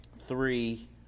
Three